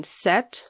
set